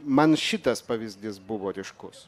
man šitas pavyzdys buvo ryškus